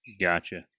Gotcha